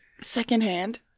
secondhand